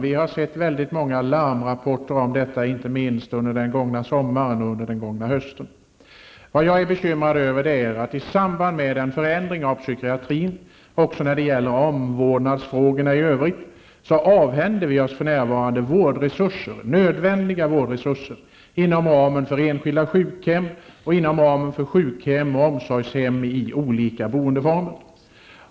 Vi har sett många larmrapporter om detta, inte minst under den gångna sommaren och hösten. Jag är bekymrad över att vi i samband med en förändring av psykiatrin och även när det gäller omvårdnadsfrågorna i övrigt för närvarande avhänder oss nödvändiga vårdresurser inom ramen för enskilda sjukhem och inom ramen för sjukhem och omsorgshem i olika boendeformer.